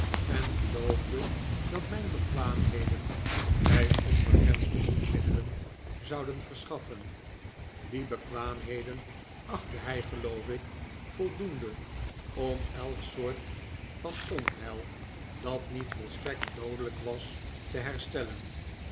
en geloofde dat mijn bekwaamheden mij onbegrensde hulpmiddelen zouden verschaffen die bekwaamheden achtte hij geloof ik voldoende om elke soort van onheil dat niet volstrekt doodelijk was te herstellen